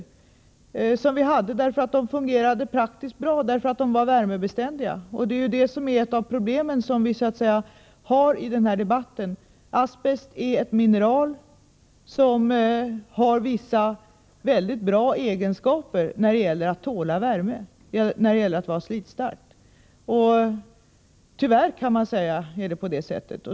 Vi hade dessa skivor därför att de fungerade praktiskt bra och var värmebeständiga. Det är ju ett av problemen, att asbest är ett mineral som har vissa väldigt bra egenskaper när det gäller att tåla värme och att vara slitstarkt. Tyvärr, kan man säga, är det på detta sätt.